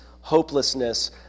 hopelessness